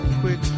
quick